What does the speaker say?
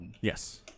Yes